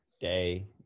day